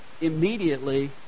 immediately